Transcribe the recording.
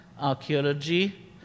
archaeology